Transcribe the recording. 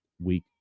week